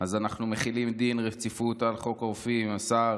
אנחנו מחילים דין רציפות על חוק הרופאים, השר